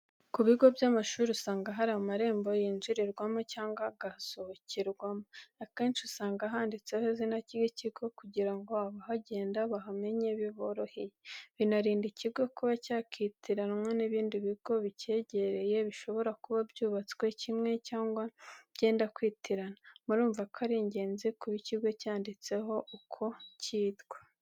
Ku bigo by'amashuri usanga hari amarembo yinjirirwamo cyangwa agasohokerwamo. Akenshi usanga handitseho izina ry'ikigo kugira ngo abahagenda bahamenye biboroheye. Binarinda ikigo kuba cyakitiranwa n'ibindi bigo bicyegereye bishobora kuba byubatswe kimwe cyangwa byenda kwitirana. Murumva ko ari ingenzi kuba ikigo cyanditseho uko cyitwa.